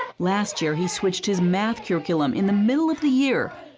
last year he switched his math curriculum in the middle of the year.